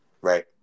right